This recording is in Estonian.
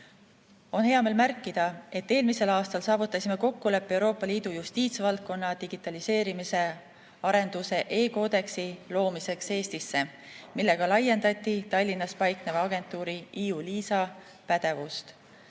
hea meel märkida, et eelmisel aastal saavutasime kokkuleppe Euroopa Liidu justiitsvaldkonna digitaliseerimise arenduse e‑Codexi loomiseks Eestisse, millega laiendati Tallinnas paikneva agentuuri eu‑LISA pädevust.